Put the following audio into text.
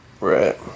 Right